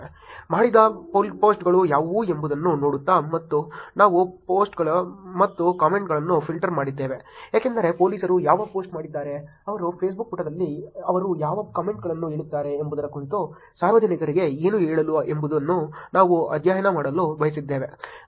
ಮಾಡಿದ ಪೋಸ್ಟ್ಗಳು ಯಾವುವು ಎಂಬುದನ್ನು ನೋಡುತ್ತಾ ಮತ್ತು ನಾವು ಪೋಸ್ಟ್ಗಳು ಮತ್ತು ಕಾಮೆಂಟ್ಗಳನ್ನು ಫಿಲ್ಟರ್ ಮಾಡಿದ್ದೇವೆ ಏಕೆಂದರೆ ಪೊಲೀಸರು ಯಾವ ಪೋಸ್ಟ್ ಮಾಡಿದ್ದಾರೆ ಅವರು ಫೇಸ್ಬುಕ್ ಪುಟದಲ್ಲಿ ಅವರು ಯಾವ ಕಾಮೆಂಟ್ಗಳನ್ನು ಹೇಳುತ್ತಾರೆ ಎಂಬುದರ ಕುರಿತು ಸಾರ್ವಜನಿಕರಿಗೆ ಏನು ಹೇಳಿದರು ಎಂಬುದನ್ನು ನಾವು ಅಧ್ಯಯನ ಮಾಡಲು ಬಯಸಿದ್ದೇವೆ